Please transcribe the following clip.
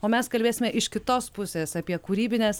o mes kalbėsime iš kitos pusės apie kūrybines